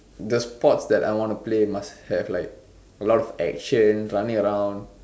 the sports the I want to play must have like a lot of actions running around